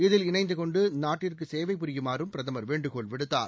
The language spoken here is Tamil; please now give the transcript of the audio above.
இதில் இணைந்து கொண்டு நாட்டுக்கு சேவை புரியுமாறும் பிரதமர் வேண்டுகோள் விடுத்தார்